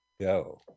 go